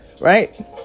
right